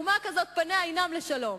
אומה כזאת פניה אינן לשלום.